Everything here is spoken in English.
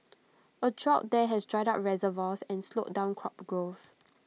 A drought there has dried up reservoirs and slowed down crop growth